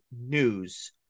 news